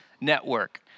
Network